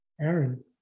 Aaron